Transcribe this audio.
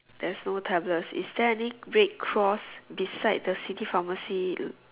there's no tablets is there any red cross beside the city pharmacy